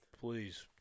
Please